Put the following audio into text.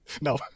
no